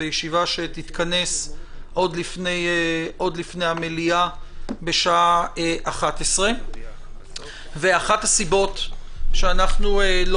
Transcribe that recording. בישיבה שתתכנס עוד לפני המליאה בשעה 11:00. ואחת הסיבות שאנחנו לא